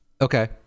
Okay